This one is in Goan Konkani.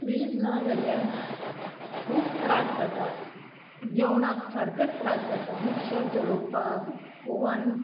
वीज नाजाल्यार खूब त्रास जातात जेवणाक सारकेच त्रास जाता मिक्सर चलोवपाक ओवन